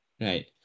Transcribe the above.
Right